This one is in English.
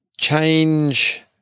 change